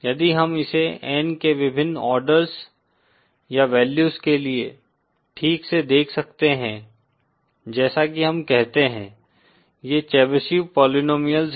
यदि हम इसे N के विभिन्न ऑर्डर्स या वैल्यूज के लिए ठीक से देख सकते हैं जैसा कि हम कहते हैं ये चेबीशेव पोलीनोमियल्स हैं